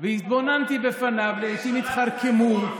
והתבוננתי בפניו: לעיתים התכרכמו,